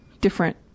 different